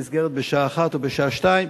נסגרת בשעה 13:00 או בשעה 14:00,